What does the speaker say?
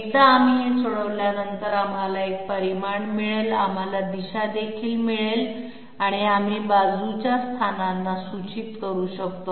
एकदा आम्ही हे सोडवल्यानंतर आम्हाला एक परिमाण मिळेल आम्हाला दिशा देखील मिळेल आणि आम्ही बाजूच्या स्थानांना सूचित करू शकतो